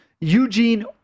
Eugene